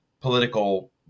political